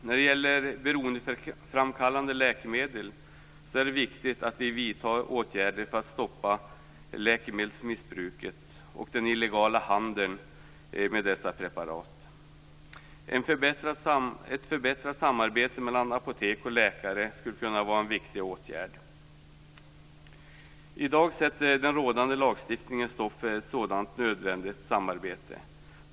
När det gäller beroendeframkallande läkemedel är det viktigt att vi vidtar åtgärder för att stoppa läkemedelsmissbruket och den illegala handeln med dessa preparat. Ett förbättrat samarbete mellan apotek och läkare skulle kunna vara en viktig åtgärd. I dag sätter den rådande lagstiftningen stopp för ett sådant nödvändigt samarbete.